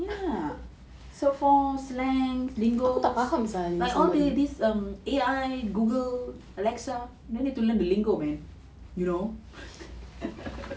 ya short forms slangs lingos all these this um A_I Google Alexa they need to learn the lingo man you know